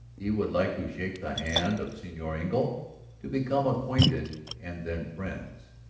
he would like to shake the hand of senor engle to become acquainted and then friends.